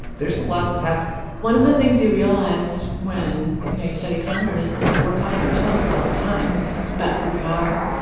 there's a lot that's happening one of the things you realize when, you know, you study con artists is that we're conning ourselves all the time about who we are,